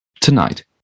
Tonight